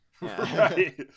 Right